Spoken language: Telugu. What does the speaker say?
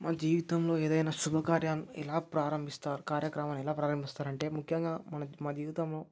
మన జీవితంలో ఏదైనా శుభకార్యం ఎలా ప్రారంభిస్తారు కార్యక్రమాన్ని ఎలా ప్రారంభిస్తారంటే ముఖ్యంగా మన మన జీవితంలో